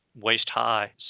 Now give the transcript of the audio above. waist-high